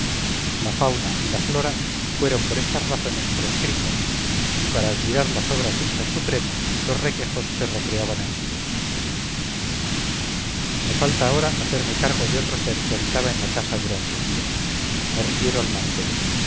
la fauna y la flora fueron por estas razones proscritas y para admirar las obras del ser supremo los requejos se recreaban en sí mismos me falta ahora hacerme cargo de otro ser que habitaba la casa durante el día me refiero al mancebo